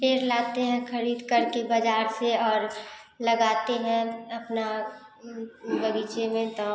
पेड़ लाते हैं खरीदकर के बाज़ार से और लगाते हैं अपना बगीचे में तो